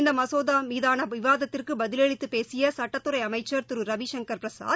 இந்த மசோதா மீதான விவாதத்திற்கு பதிலளித்துப் பேசிய சுட்டத்துறை அமைச்சர் திரு ரவிசங்கர் பிரசாத்